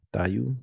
Tayu